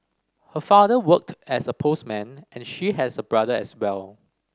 her father worked as a postman and she has a brother as well